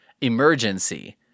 Emergency